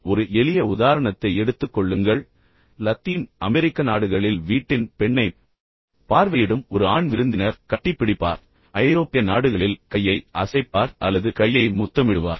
ஒரு எளிய உதாரணத்தை எடுத்துக் கொள்ளுங்கள் லத்தீன் அமெரிக்க நாடுகளில் வீட்டின் பெண்ணைப் பார்வையிடும் ஒரு ஆண் விருந்தினர் கட்டிப்பிடிப்பார் ஐரோப்பிய நாடுகளில் கையை அசைப்பார் அல்லது கையை மெதுவாக முத்தமிடுவார்